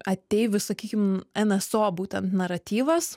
ateivių sakykim nso būtent naratyvas